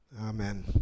Amen